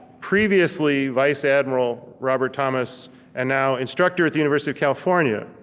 previously vice admiral robert thomas and now instructor at the university of california,